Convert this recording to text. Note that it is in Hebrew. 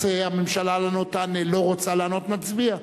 רוצה הממשלה לענות, תענה, לא רוצה לענות, נצביע.